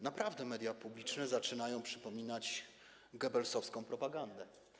Naprawdę media publiczne zaczynają przypominać Goebbelsowską propagandę.